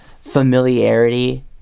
familiarity